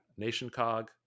NationCog